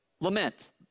Lament